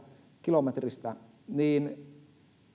kilometristä